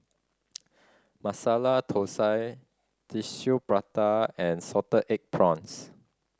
Masala Thosai Tissue Prata and salted egg prawns